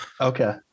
Okay